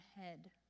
head